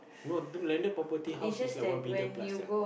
no landed property house is like one billion plus ah